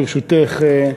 ברשותך,